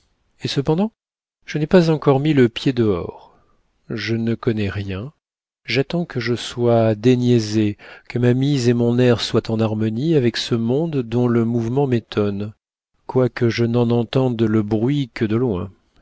et cependant je n'ai pas encore mis le pied dehors je ne connais rien j'attends que je sois déniaisée que ma mise et mon air soient en harmonie avec ce monde dont le mouvement m'étonne quoique je n'en entende le bruit que de loin